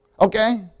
okay